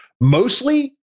mostly